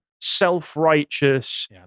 self-righteous